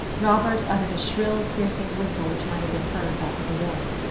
robert uttered a shrill, piercing whistle which might have been heard back at the wharf.